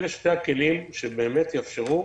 אלה שני הכלים שבאמת יאפשרו